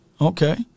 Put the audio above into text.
Okay